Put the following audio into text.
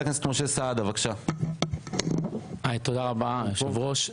תודה רבה היושב-ראש.